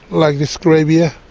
like this grave yeah